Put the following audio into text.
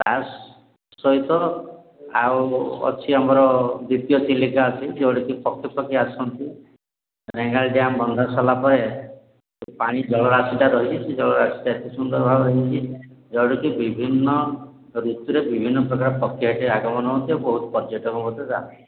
ତା' ସହିତ ଆଉ ଅଛି ଆମର ଦ୍ଵିତୀୟ ଚିଲିକା ଅଛି ଯୋଉଁଠିକି ପକ୍ଷୀପକ୍ଷୀ ଆସନ୍ତି ରେଙ୍ଗାଳ ଡ୍ୟାମ୍ ବନ୍ଧା ସାରିଲା ପରେ ପାଣି ଜଳରାଶିଟା ରହିଛି ସେ ଜଳରାଶିଟା ଏତେ ସୁନ୍ଦର ଭାବ ହେଇଛି ଯେଉଁଠିକି ବିଭିନ୍ନ ଋତୁରେ ବିଭିନ୍ନ ପ୍ରକାର ପକ୍ଷୀ ଏଠି ଆଗମନ ହୁଅନ୍ତି ବହୁତ ପର୍ଯ୍ୟଟକ ମଧ୍ୟ ଯାଆନ୍ତି